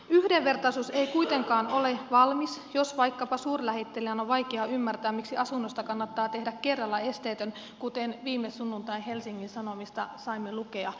yhdenvertaisuus ei kuitenkaan ole valmis jos vaikkapa suurlähettilään on vaikea ymmärtää miksi asunnosta kannattaa tehdä kerralla esteetön kuten viime sunnuntain helsingin sanomista saimme lukea